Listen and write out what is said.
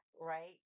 Right